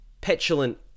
petulant